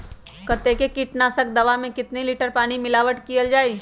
कतेक किटनाशक दवा मे कितनी लिटर पानी मिलावट किअल जाई?